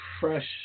fresh